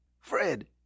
Fred